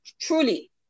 truly